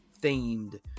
themed